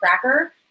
Cracker